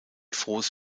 frohes